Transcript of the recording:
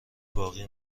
باقی